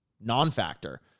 non-factor